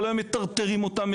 כל היום מטרטרים אותם,